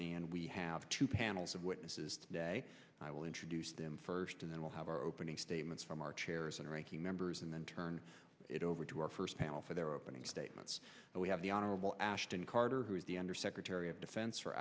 and we have two panels of witnesses today i will introduce them first and then we'll have our opening statements from our chairs and ranking members and then turn it over to our first panel for their opening statements and we have the honorable ashton carter who is the undersecretary of defense for